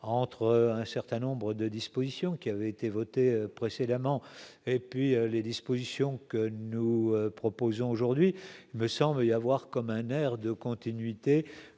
entre un certain nombre de dispositions qui avaient été votées précédemment et puis les dispositions que nous proposons aujourd'hui me semble il y avoir comme un air de continuité,